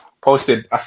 posted